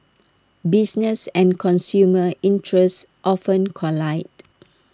business and consumer interests often collide